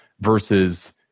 versus